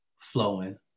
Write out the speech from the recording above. flowing